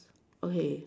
okay